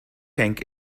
tank